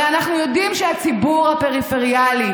הרי אנחנו יודעים שהציבור הפריפריאלי,